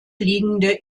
liegende